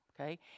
okay